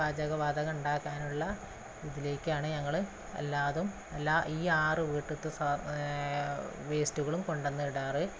പാചക വാതകം ഉണ്ടാക്കാനുള്ള ഇതിലേക്കാണ് ഞങ്ങള് എല്ലാതും അല്ല ഈ ആറ് വീട്ട്ത്തെ വേസ്റ്റുകളും കൊണ്ടുവന്നിടാറ്